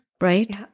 Right